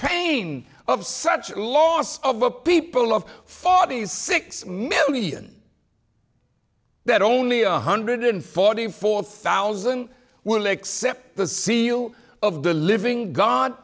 pain of such loss of the people of forty six million that only one hundred forty four thousand will accept the seal of the living god